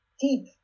deep